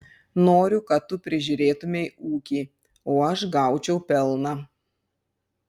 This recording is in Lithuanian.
noriu kad tu prižiūrėtumei ūkį o aš gaučiau pelną